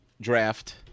draft